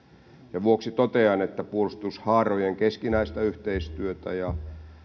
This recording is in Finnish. sen vuoksi totean että puolustushaarojen keskinäistä yhteistyötä ja